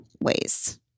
ways